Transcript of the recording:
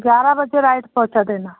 ग्यारह बजे राइट पहुँचा देना